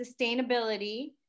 sustainability